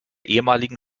ehemaligen